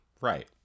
right